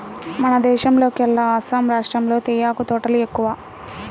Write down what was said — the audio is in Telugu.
మన దేశంలోకెల్లా అస్సాం రాష్టంలో తేయాకు తోటలు ఎక్కువ